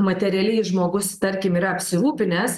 materialiai žmogus tarkim yra apsirūpinęs